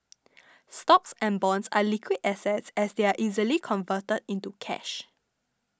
stocks and bonds are liquid assets as they are easily converted into cash